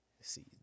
See